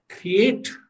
create